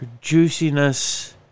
juiciness